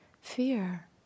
fear